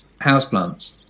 houseplants